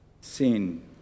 sin